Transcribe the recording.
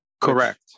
Correct